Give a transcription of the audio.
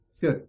Good